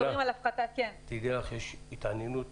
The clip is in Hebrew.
תדעי לך שיש התעניינות